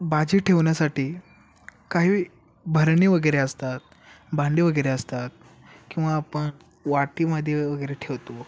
भाजी ठेवण्यासाठी काही बरणी वगैरे असतात भांडी वगैरे असतात किंवा आपण वाटीमध्ये वगैरे ठेवतो